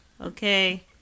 Okay